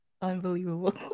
Unbelievable